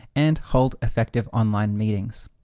and hold effective online meetings.